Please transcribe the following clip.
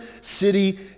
City